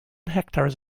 hectares